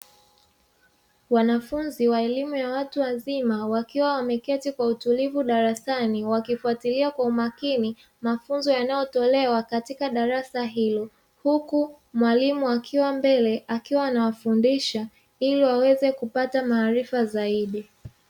Wanafunzi wa elimu ya watu wazima wakiwa wameketi kwa utulivu darasani, wakifatilia kwa umakini mafunzo yanayotolewa katika darasa hilo; huku mwalimu akiwa mbele akiwa anawafundisha ili waweze kupata maarifa zaidi.